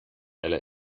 eile